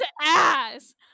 ass